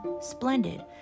splendid